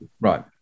Right